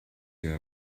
you